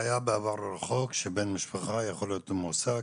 היה בעבר הרחוק שבן משפחה יכול להיות מועסק,